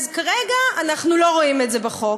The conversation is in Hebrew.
אבל כרגע אנחנו לא רואים את זה בחוק,